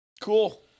Cool